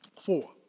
four